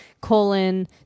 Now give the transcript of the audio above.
colon